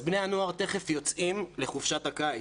בני הנוער תיכף יוצאים לחופשת הקיץ,